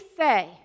say